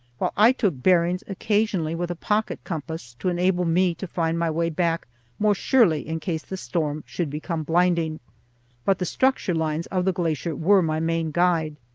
while i took bearings occasionally with a pocket compass to enable me to find my way back more surely in case the storm should become blinding but the structure lines of the glacier were my main guide.